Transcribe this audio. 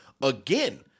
Again